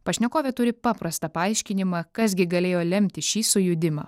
pašnekovė turi paprastą paaiškinimą kas gi galėjo lemti šį sujudimą